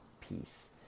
peace